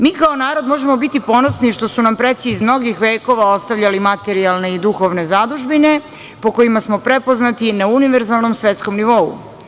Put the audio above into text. Mi kao narod možemo biti ponosni što su nam preci iz mnogih vekova ostavljali materijalne i duhovne zadužbine po kojima smo prepoznati na univerzalnom svetskom nivou.